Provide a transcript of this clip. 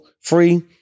free